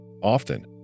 Often